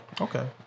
Okay